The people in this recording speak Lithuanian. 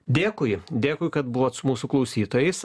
dėkui dėkui kad buvot su mūsų klausytojais